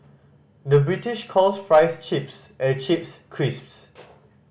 the British calls fries chips and chips crisps